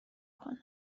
کنه